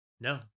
No